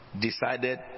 decided